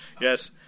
Yes